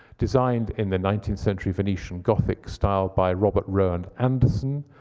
designed in the nineteenth century venitian gothic style by robert rowand anderson,